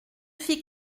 fit